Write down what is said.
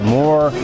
more